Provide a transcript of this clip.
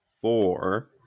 four